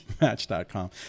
match.com